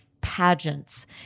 pageants